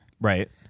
Right